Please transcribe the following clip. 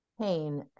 pain